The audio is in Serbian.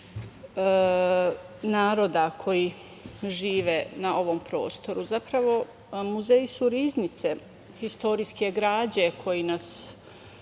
naroda koji žive na ovom prostoru. Zapravo, muzeji su riznice istorijske građe koja nas